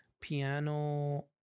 piano